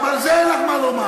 גם על זה אין לך מה לומר.